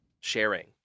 sharing